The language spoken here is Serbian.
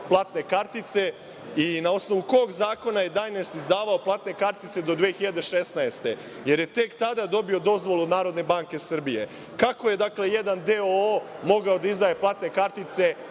platne kartice i na osnovu kog zakona je „Dajners“ izdavao platne kartice do 2016. godine, jer je tek tada dobio dozvolu od Narodne banke Srbije? Dakle, kako je jedan DOO mogao da izdaje platne kartice